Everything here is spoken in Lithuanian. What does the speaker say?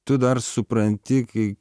tu dar supranti kai